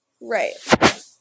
Right